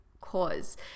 cause